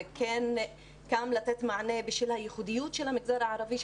זה קם לתת מענה בשל הייחודיות של המגזר הערבי,